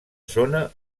zona